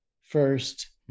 first